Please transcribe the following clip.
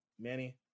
manny